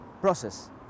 process